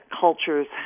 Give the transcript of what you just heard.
cultures